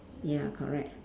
ya correct